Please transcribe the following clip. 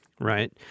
right